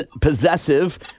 Possessive